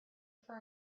for